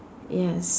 yes